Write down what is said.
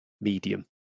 medium